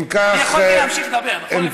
אם כך, אני יכולתי להמשיך לדבר, נכון?